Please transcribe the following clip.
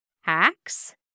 Hacks